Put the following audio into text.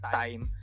time